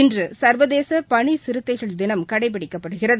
இன்று சர்வதேச பனி சிறுத்தைகள் தினம் கடைப்பிடிக்கப்படுகிறது